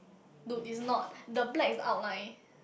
dude is not the black is outline